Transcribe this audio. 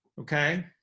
okay